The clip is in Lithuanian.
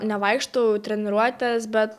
nevaikštau į treniruotes bet aš